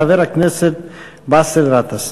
חבר הכנסת באסל גטאס.